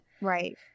Right